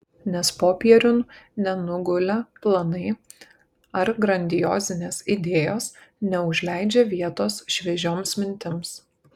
nes popieriun nenugulę planai ar grandiozinės idėjos neužleidžia vietos šviežioms mintims